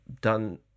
done